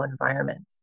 environments